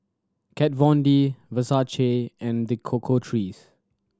Kat Von D Versace and The Cocoa Trees